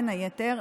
בין היתר,